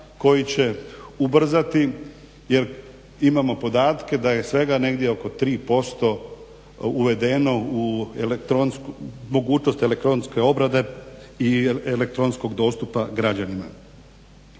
koji će ubrzati, jer imamo podatke da je svega negdje oko 3% uvedeno u mogućnost elektronske obrade i elektronskog dostupa građanima.